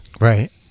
right